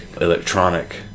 electronic